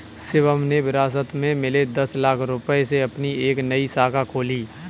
शिवम ने विरासत में मिले दस लाख रूपए से अपनी एक नई शाखा खोली